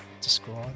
describe